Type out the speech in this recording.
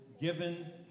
given